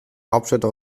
hauptstädte